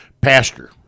Pastor